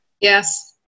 Yes